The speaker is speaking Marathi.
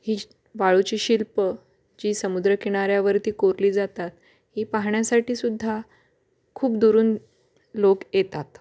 ही श् वाळूची शिल्प जी समुद्रकिनाऱ्यावरती कोरली जातात ही पाहण्यासाठी सुद्धा खूप दुरून लोक येतात